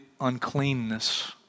uncleanness